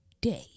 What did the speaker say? day